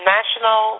National